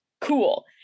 cool